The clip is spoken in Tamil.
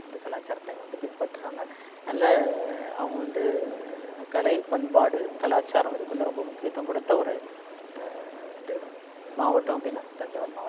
இந்த கலாச்சாரத்தை அவங்க வந்து பின்பற்றாங்க நல்ல அவங்க வந்து கலை பண்பாடு கலாச்சாரம் இதுக்கு வந்து ரொம்ப முக்கியத்துவம் கொடுத்த ஒரு வந்து மாவட்டம் அப்படின்னா அது தஞ்சாவூர் மாவட்டம்